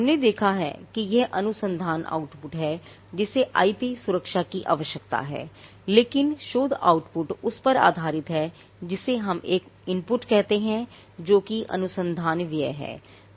हमने देखा है कि यह अनुसंधान आउटपुट है जिसे आईपी सुरक्षा की आवश्यकता है लेकिन शोध आउटपुट उस पर आधारित है जिसे हम एक इनपुट कहते हैं जो कि अनुसंधान व्यय है